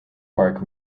bark